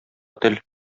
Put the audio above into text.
тел